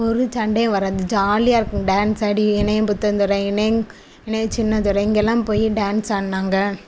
ஒரு சண்டையும் வராது ஜாலியாக இருக்கும் டான்ஸ் ஆடி இணையம் பொத்தன் துறை இணையம் இணையம் சின்னத்துறை இங்கெல்லாம் போய் டான்ஸ் ஆடினாங்க